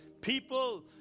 people